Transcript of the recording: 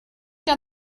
down